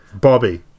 Bobby